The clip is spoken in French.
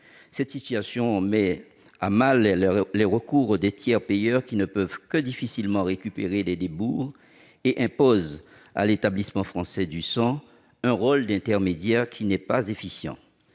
Cette situation met à mal les recours des tiers payeurs, qui ne peuvent que difficilement récupérer les débours, et impose à l'Établissement français du sang un rôle d'intermédiaire qui n'est pas efficient.